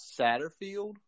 Satterfield